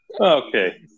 Okay